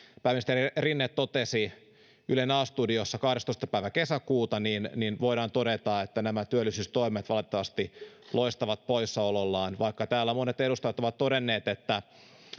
pääministeri rinne totesi ylen a studiossa kahdestoista päivä kesäkuuta niin niin voidaan todeta että nämä työllisyystoimet valitettavasti loistavat poissaolollaan vaikka täällä monet edustajat ovat todenneet että